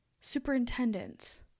superintendents